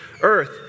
earth